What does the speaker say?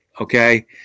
okay